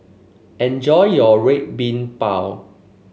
enjoy your Red Bean Bao